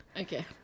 Okay